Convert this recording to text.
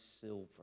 silver